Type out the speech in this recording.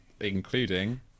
Including